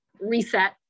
reset